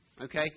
okay